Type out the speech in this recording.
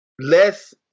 less